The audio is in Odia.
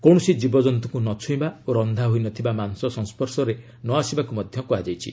କୌଣସି ଜୀବଜନ୍ତୁଙ୍କୁ ନ ଛୁଇଁବା ଓ ରନ୍ଧା ହୋଇ ନଥିବା ମାଂସ ସଂସ୍ୱର୍ଶରେ ନ ଆସିବାକୁ ମଧ୍ୟ କୁହାଯାଇଛି